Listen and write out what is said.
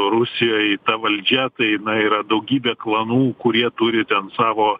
rusijoj ta valdžia tai yra daugybė klanų kurie turi ten savo